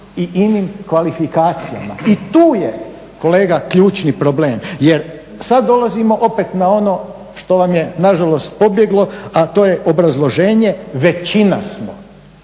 i inim kvalifikacijama i tu je kolega ključni problem jer sada dolazimo opet na ono što vam je nažalost pobjeglo, a to je obrazloženje većina smo.